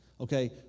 Okay